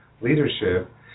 leadership